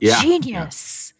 genius